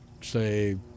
say